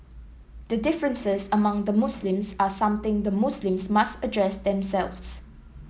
the differences among the Muslims are something the Muslims must address themselves